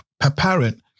apparent